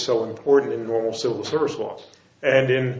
so important in normal civil service laws and in